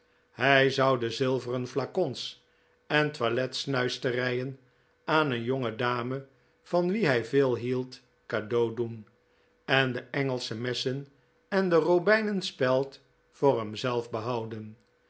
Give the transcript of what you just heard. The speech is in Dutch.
hij zou de zilveren flacons en toilet snuisterijen aan een jonge dame van wie hij veel hield cadeau doen en de engelsche messen en de robijnen speld voor hemzelf behouden